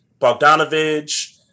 Bogdanovich